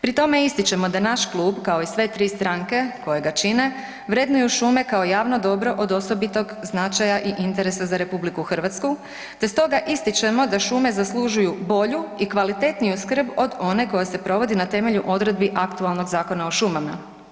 Pri tome ističemo da naš klub kao i sve tri stranke koje ga čine vrednuju šume kao javno dobro od osobitog značaja i interesa za Republiku Hrvatsku te stoga ističemo da šume zaslužuju bolju i kvalitetniju skrb od one koja se provodi na temelju odredbi aktualnog Zakona o šumama.